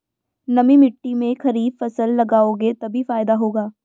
नमी मिट्टी में खरीफ फसल लगाओगे तभी फायदा होगा